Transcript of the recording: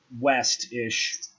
west-ish